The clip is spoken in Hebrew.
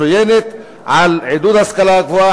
מצוינת על עידוד ההשכלה הגבוהה,